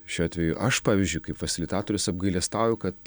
šiuo atveju aš pavyzdžiui kaip faslitatorius apgailestauju kad